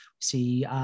see